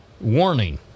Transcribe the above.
Warning